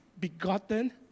begotten